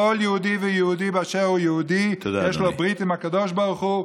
כל יהודי ויהודי באשר הוא יהודי יש לו ברית עם הקדוש ברוך הוא,